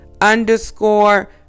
underscore